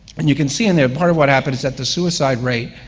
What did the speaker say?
and you can see in there part of what happened is that the suicide rate,